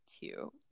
two